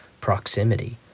proximity